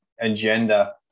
agenda